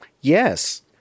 Yes